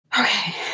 Okay